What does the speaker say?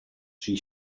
she